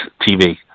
TV